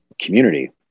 community